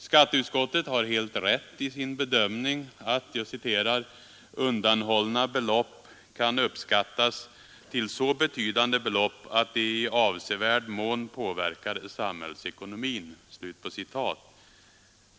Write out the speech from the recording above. Skatteutskottet har helt rätt i sin bedömning att ”undanhållna belopp kan uppskattas till så betydande belopp att de i avsevärd mån påverkar samhällsekonomin”.